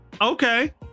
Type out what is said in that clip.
okay